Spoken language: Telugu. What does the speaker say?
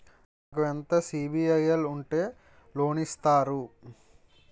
నాకు ఎంత సిబిఐఎల్ ఉంటే లోన్ ఇస్తారు?